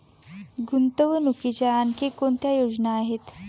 गुंतवणुकीच्या आणखी कोणत्या योजना आहेत?